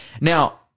Now